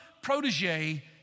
protege